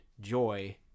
Joy